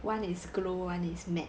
one is glow one is matte